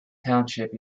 township